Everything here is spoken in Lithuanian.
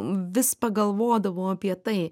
vis pagalvodavau apie tai